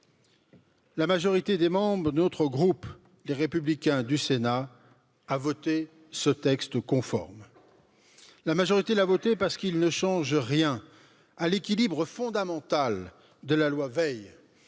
La majorité des membres de notre groupe, Les Républicains du Sénat, a voté ce texte conforme La majorité l'a voté parce qu'il ne change rien à l'équilibre fondamental de la loi Veil,